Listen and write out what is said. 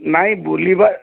ନାହିଁ ବୁଲିବା